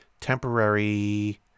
temporary